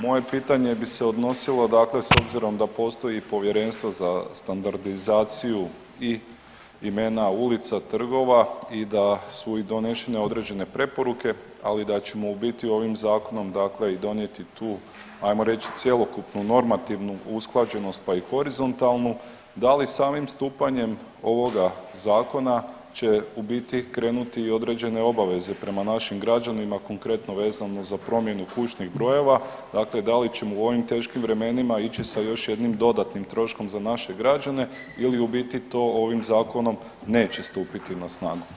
Moje pitanje bi se odnosilo dakle, s obzirom da postoji povjerenstvo za standardizaciju i imena ulica i trgova i da su i donešene određene preporuke, ali da ćemo u biti ovim zakonom dakle i donijeti tu, ajmo reći cjelokupnu normativnu usklađenost pa i horizontalnu, da li samim stupanjem ovoga zakona će u biti krenuti i određene obaveze prema našim građanima, konkretno vezano za promjenu kućnih brojeva, dakle da li ćemo u ovim teškim vremenima ići sa još jednim dodatnim troškom za naše građane, ili u biti to ovim zakonom neće stupiti na snagu.